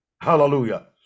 Hallelujah